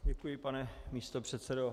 Děkuji, pane místopředsedo.